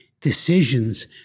decisions